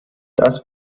das